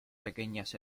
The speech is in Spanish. pequeñas